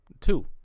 Two